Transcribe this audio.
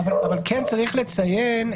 אבל כן צריך לציין,